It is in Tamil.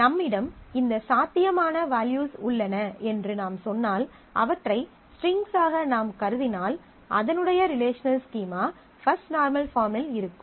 நம்மிடம் இந்த சாத்தியமான வேல்யூஸ் உள்ளன என்று நாம் சொன்னால் அவற்றை ஸ்ட்ரிங்ஸ்சாக நாம் கருதினால் அதனுடைய ரிலேஷனல் ஸ்கீமா பஃஸ்ட் நார்மல் பார்மில் இருக்கும்